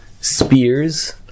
spears